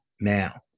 now